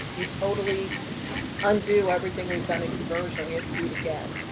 you totally undo everything we've done in conversion, we have to do it again.